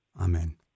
Amen